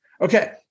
Okay